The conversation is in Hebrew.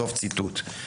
סוף ציטוט.